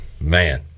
Man